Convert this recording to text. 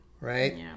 right